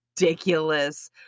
ridiculous